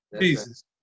Jesus